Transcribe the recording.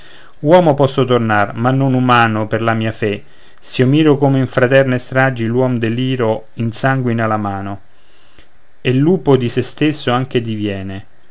uomo posso tornar ma non umano per la mia fe s'io miro come in fraterne stragi l'uom deliro insanguina la mano e lupo di se stesso anche diviene